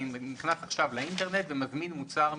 אני נכנס עכשיו לאינטרנט ומזמין מוצר מחו"ל.